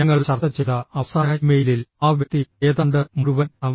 ഞങ്ങൾ ചർച്ച ചെയ്ത അവസാന ഇമെയിലിൽ ആ വ്യക്തി ഏതാണ്ട് മുഴുവൻ ഐ